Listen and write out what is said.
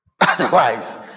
otherwise